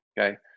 okay